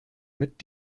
mit